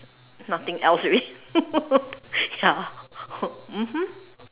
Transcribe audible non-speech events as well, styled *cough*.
nothing else already *laughs* ya mmhmm